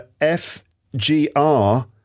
FGR